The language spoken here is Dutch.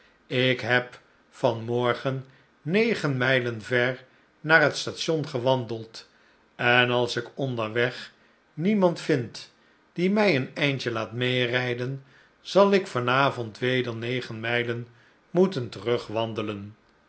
ik heb van morgen negen mijlen ver naar het station gewandeld en als ik onderweg niemand vind die mij een eindje laat mederijden zal ik van avond weder die negen mijlen moeten